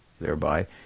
thereby